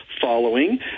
following